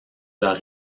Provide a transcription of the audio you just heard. leurs